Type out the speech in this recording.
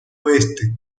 oeste